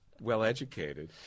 well-educated